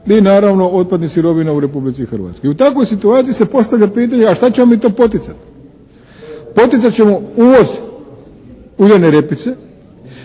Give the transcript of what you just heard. ni naravno otpadnih sirovina u Republici Hrvatskoj i u takvoj situaciji se postavlja pitanje, a šta ćemo mi to poticati? Poticat ćemo uvoz uljane repice